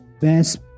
best